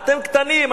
אתם קטנים,